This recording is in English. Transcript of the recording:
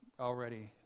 already